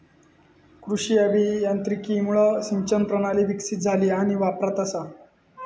कृषी अभियांत्रिकीमुळा सिंचन प्रणाली विकसीत झाली आणि वापरात असा